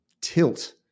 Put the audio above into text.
tilt